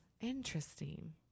interesting